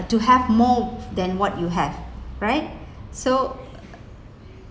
to have more than what you have right so